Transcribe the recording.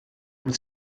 with